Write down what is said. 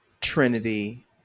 Trinity